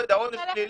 עונש פלילי,